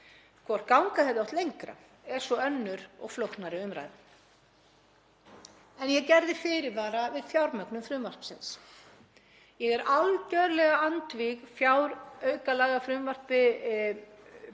Hvort ganga hefði átt lengra er svo önnur og flóknari umræða. Ég gerði fyrirvara við fjármögnun frumvarpsins. Ég er algerlega andvíg fjáraukalagafrumvarpi fjármálaráðherra